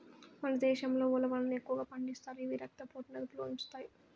మన దేశంలో ఉలవలను ఎక్కువగా పండిస్తారు, ఇవి రక్త పోటుని అదుపులో ఉంచుతాయి